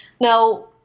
Now